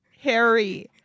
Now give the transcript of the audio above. Harry